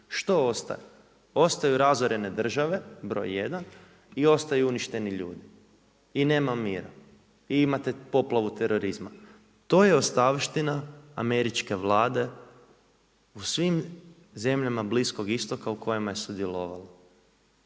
što ostaje? Ostaju razorene države, broj 1. i ostaju uništeni ljudi i nema mira i imate poplavu terorizma, to je ostavština Američke Vlade u svim zemljama Bliskog Istoka u kojima je sudjelovao.